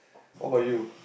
what about you